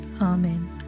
Amen